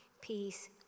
peace